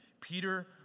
Peter